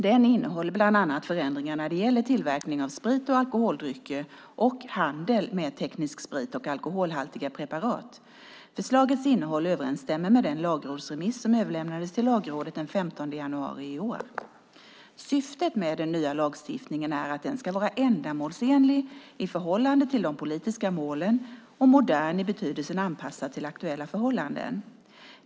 Den innehåller bland annat förändringar när det gäller tillverkning av sprit och alkoholdrycker och handel med teknisk sprit och alkoholhaltiga preparat. Förslagets innehåll överensstämmer med den lagrådsremiss som överlämnades till Lagrådet den 15 januari i år. Syftet med den nya lagstiftningen är att den ska vara ändamålsenlig i förhållande till de politiska målen och modern i betydelsen anpassad till aktuella förhållanden.